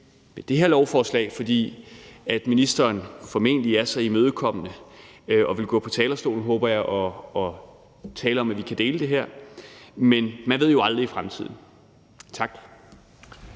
det her lovforslag, fordi ministeren formentlig er så imødekommende og vil gå på talerstolen og tale om, at vi kan dele det her, håber jeg, men man ved jo aldrig i fremtiden. Tak.